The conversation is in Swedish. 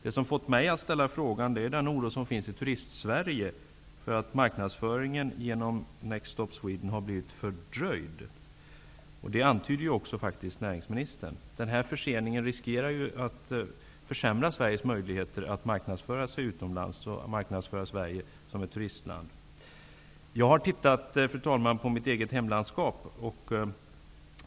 Det som har fått mig att ställa min fråga är den oro som finns i Turist-Sverige för att marknadsföringen genom Next Stop Sweden har blivit fördröjd. Det antyddes faktiskt också av näringsministern. Genom denna försening riskerar Sverige som ett turistland att bli försämrade. Jag har, fru talman, studerat situationen i mitt hemlandskap.